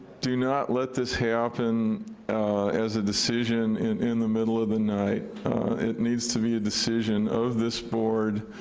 do not let this happen as a decision in in the middle of the night it needs to be a decision of this board,